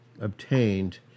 obtained